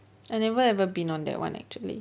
I never ever been on that one actually